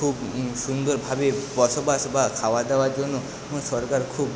খুব সুন্দরভাবে বসবাস বা খাওয়া দাওয়ার জন্য ও সরকার খুব